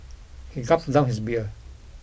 he gulped down his beer